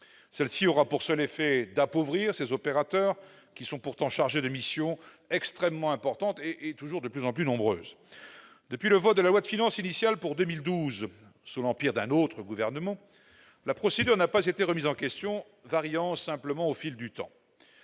a pour seul effet l'appauvrissement de ces opérateurs, pourtant chargés de missions extrêmement importantes et de plus en plus nombreuses. Depuis le vote de la loi de finances pour 2012, sous l'empire d'un autre gouvernement, la procédure n'a pas été remise en question, variant simplement au fil du temps.